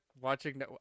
watching